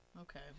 Okay